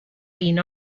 been